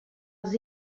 els